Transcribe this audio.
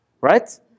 right